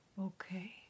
okay